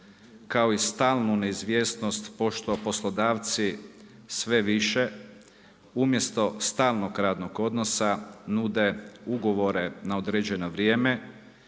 kao i stalnu neizvjesnost pošto poslodavci sve više, umjesto stalnog radnog odnosa, nude ugovore na određeno vrijeme,